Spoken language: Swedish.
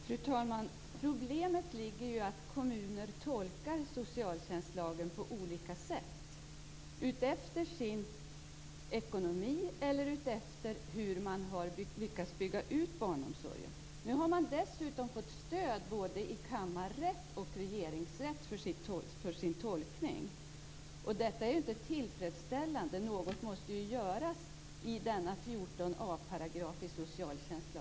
Fru talman! Problemet ligger ju i att kommuner tolkar socialtjänstlagen på olika sätt - utifrån sin ekonomi eller utifrån hur man har lyckats bygga ut barnomsorgen. Nu har man dessutom fått stöd för sin tolkning både i kammarrätt och i regeringsrätt. Detta är inte tillfredsställande. Något måste göras åt denna